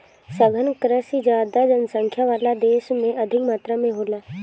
सघन कृषि ज्यादा जनसंख्या वाला देश में अधिक मात्रा में होला